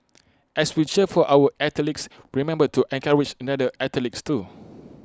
as we cheer for our athletes remember to encourage other athletes too